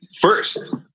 first